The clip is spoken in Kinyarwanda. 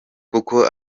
kuko